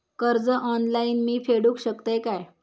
कर्ज ऑनलाइन मी फेडूक शकतय काय?